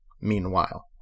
Meanwhile